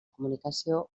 comunicació